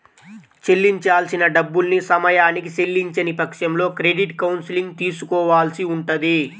చెల్లించాల్సిన డబ్బుల్ని సమయానికి చెల్లించని పక్షంలో క్రెడిట్ కౌన్సిలింగ్ తీసుకోవాల్సి ఉంటది